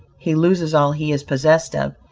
he loses all he is possessed of,